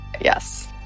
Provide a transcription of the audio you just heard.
Yes